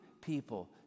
people